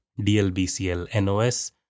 DLBCL-NOS